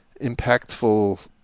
impactful